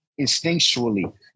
instinctually